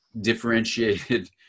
differentiated